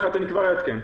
כבר אעדכן.